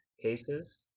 cases